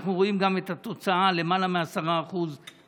אנחנו רואים גם את התוצאה של למעלה מ-10% עלייה.